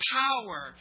power